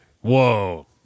Whoa